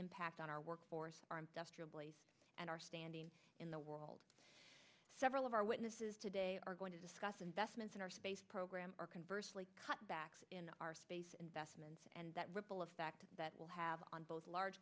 impact on our workforce and our standing in the world several of our witnesses today are going to discuss investments in our space program our converse cutbacks in our space and vestments and that ripple effect that will have on both large